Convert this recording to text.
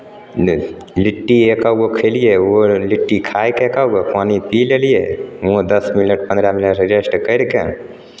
लि लिट्टी एकहक गो खयलियै ओ लिट्टी खाए कऽ एकहक गो पानि पी लेलियै हुओँ दस मिनट पन्द्रह मिनट रेस्ट करि कऽ